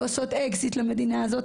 ועושות אקזיט למדינה הזאת.